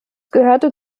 gehörte